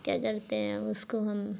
کیا کرتے ہیں اس کو ہم